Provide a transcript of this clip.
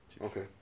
Okay